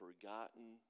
forgotten